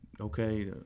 okay